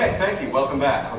thank you. welcome back.